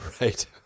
right